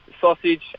sausage